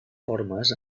formes